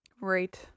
Right